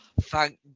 thank